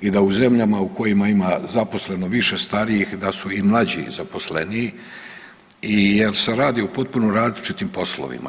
i da u zemljama u kojima ima zaposlenih više starijih da su i mlađi zaposleniji i jer se radi o potpuno različitim poslovima.